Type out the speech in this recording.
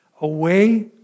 away